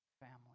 family